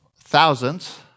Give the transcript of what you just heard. thousands